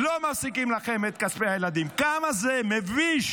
לא מפסיקים לכם את כספי הילדים, כמה זה מביש,